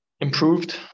improved